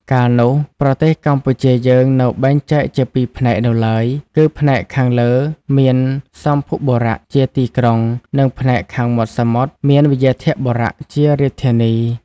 កាលនោះ ប្រទេសកម្ពុជាយើងនៅបែងចែកជាពីរផ្នែកនៅឡើយ គឺផ្នែកខាងលើមានសម្ភុបុរៈជាទីក្រុង និងផ្នែកខាងមាត់សមុទ្រមានវ្យាធបុរៈជារាជធានី។